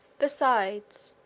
besides,